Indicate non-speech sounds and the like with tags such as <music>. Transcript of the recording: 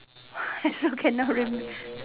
<breath> also cannot remember